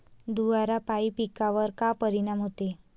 धुवारापाई पिकावर का परीनाम होते?